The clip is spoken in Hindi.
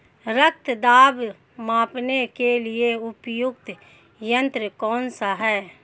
रक्त दाब मापने के लिए प्रयुक्त यंत्र कौन सा है?